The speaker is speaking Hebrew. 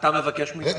אני מבקש רביזיה.